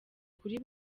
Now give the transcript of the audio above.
kuri